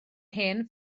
hen